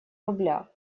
рубля